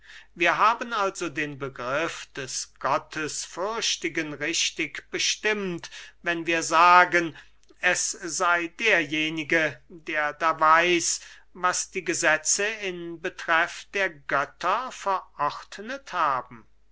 wir haben also den begriff des gottesfürchtigen richtig bestimmt wenn wir sagen es sey derjenige der da weiß was die gesetze in betreff der götter verordnet haben